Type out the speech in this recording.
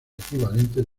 equivalentes